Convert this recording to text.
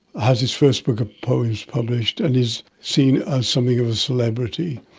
has his first book of poems published and is seen as something of a celebrity,